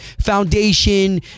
Foundation